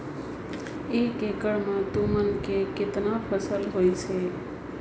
एक एकड़ मे तुमन के केतना फायदा होइस अहे